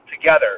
together